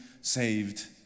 saved